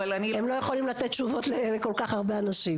יכולים לתת תשובות לכל כך הרבה אנשים.